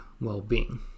well-being